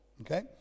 okay